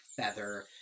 feather